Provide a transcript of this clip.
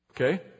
okay